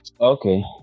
Okay